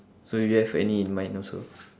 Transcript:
so you have any in mind also